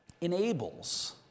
enables